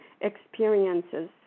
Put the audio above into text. experiences